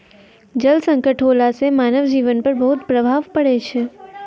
जल संकट होला सें मानव जीवन पर बहुत प्रभाव पड़ै छै